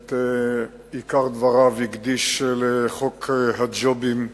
ואת עיקר דבריו הקדיש לחוק הג'ובים,